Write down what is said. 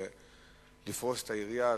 לפרוס את היריעה,